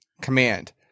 command